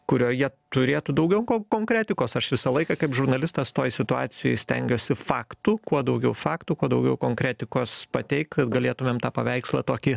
kurioje turėtų daugiau konkretikos aš visą laiką kaip žurnalistas toj situacijoj stengiuosi faktų kuo daugiau faktų kuo daugiau konkretikos pateikt galėtumėm tą paveikslą tokį